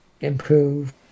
improve